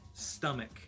Stomach